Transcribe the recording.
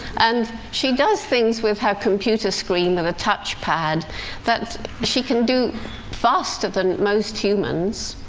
and she does things with her computer screen and a touch pad that she can do faster than most humans.